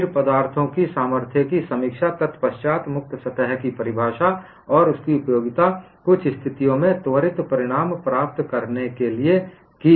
फिरपदार्थों की सामर्थ्य की समीक्षा तत्पश्चात मुक्त सतह की परिभाषा और उसकी उपयोगिता कुछ स्थितियों में त्वरित परिणाम प्राप्त करने के लिए की